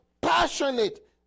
passionate